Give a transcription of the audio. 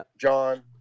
John